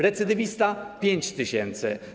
Recydywista - 5 tys. zł.